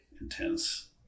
intense